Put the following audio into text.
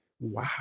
wow